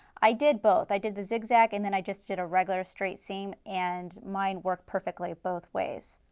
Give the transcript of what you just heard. i did both, i did the zigzag and then i just did a regular straight seam and mine worked perfectly both ways.